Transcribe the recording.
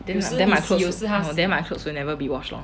then my clothes then my clothes will never washed lor